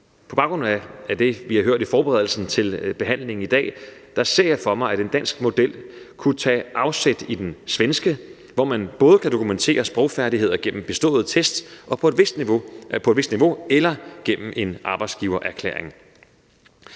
på baggrund af det, vi har hørt i forberedelsen til behandlingen i dag, ser jeg for mig, at en dansk model kunne tage afsæt i den svenske model, hvor man både kan dokumentere sprogfærdigheder gennem beståede test på et vist niveau og gennem en arbejdsgivererklæring.